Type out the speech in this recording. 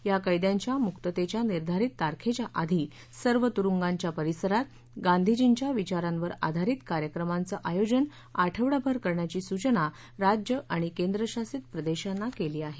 या कैद्यांच्या मुक्तेच्या निर्धारित तारखेच्या आधी सर्व तुरंगांच्या परिसरात गांधीजींच्या विचारांवर आधारित कार्यक्रमांचं आयोजन आठवडाभर करण्याची सूचना राज्य आणि केंद्रशासित प्रदेशांना केली आहे